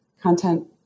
content